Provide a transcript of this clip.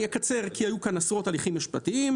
אני אקצר כי היו כאן עשרות הליכים משפטיים.